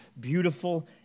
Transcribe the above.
beautiful